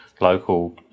local